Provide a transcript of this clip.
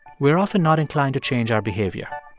we're often not inclined to change our behavior